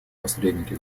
посредники